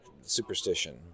superstition